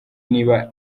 niba